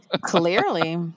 Clearly